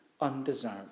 undeserved